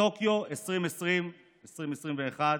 טוקיו 2020, 2021,